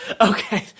Okay